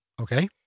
Okay